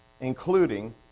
Including